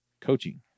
Coaching